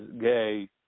gay